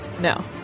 No